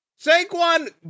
Saquon